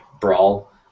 brawl